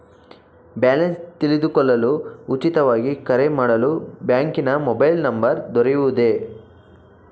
Balance ತಿಳಿದುಕೊಳ್ಳಲು ಉಚಿತವಾಗಿ ಕರೆ ಮಾಡಲು ಬ್ಯಾಂಕಿನ ಮೊಬೈಲ್ ನಂಬರ್ ದೊರೆಯುವುದೇ?